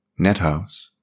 Nethouse